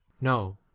No